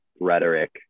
rhetoric